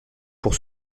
pour